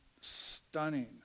stunning